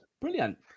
Brilliant